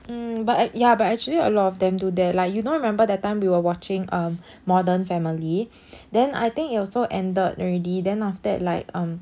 um but ya but actually a lot of them do that like you don't remember that time we were watching um modern family then I think it also ended already then after that like um